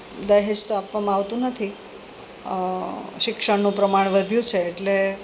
દહેજ તો આપવામાં આવતું નથી શિક્ષણનું પ્રમાણ વધ્યું છે એટલે